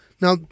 Now